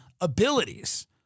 abilities